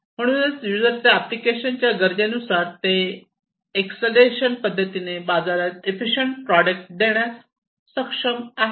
म्हणूनच यूजरच्या एप्लीकेशनच्या गरजेनुसार ते एक्सेलरेशन पद्धतीने बाजारात इफिशियंट प्रोडक्शन देण्यास सक्षम आहेत